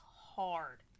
hard